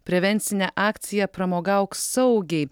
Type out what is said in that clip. prevencinę akciją pramogauk saugiai